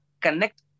connect